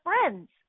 friends